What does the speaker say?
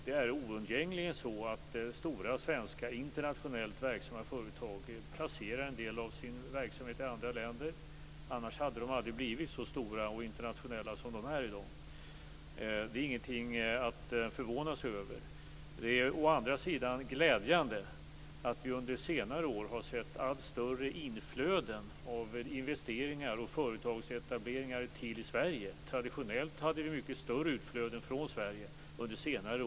Det är oundgängligen så att stora svenska internationellt verksamma företag placerar en del av sin verksamhet i andra länder. Annars hade de aldrig blivit så stora och internationella som de är i dag. Det är ingenting att förvånas över. Det är å andra sidan glädjande att vi under senare år har kunnat se allt större inflöden av investeringar och företagsetableringar till Sverige. Traditionellt har vi under senare år haft mycket större utflöden ur Sverige.